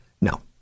No